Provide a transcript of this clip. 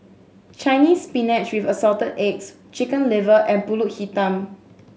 Chinese Spinach with Assorted Eggs Chicken Liver and Pulut Hitam